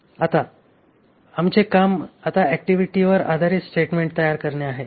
आता आमचे काम आता ऍक्टिव्हिटीवर आधारित स्टेटमेंट तयार करणे आहे